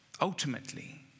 Ultimately